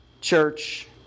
church